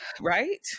right